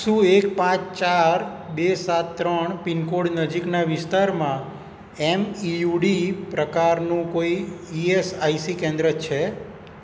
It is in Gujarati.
શું એક પાંચ ચાર બે સાત ત્રણ પિન કોડ નજીકના વિસ્તારમાં એમઇયુડી પ્રકારનું કોઈ ઇએસઆઇસી કેન્દ્ર છે